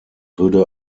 würde